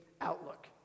outlook